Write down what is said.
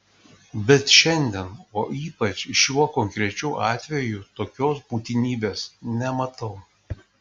bet šiandien o ypač šiuo konkrečiu atveju tokios būtinybės nematau